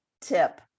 tip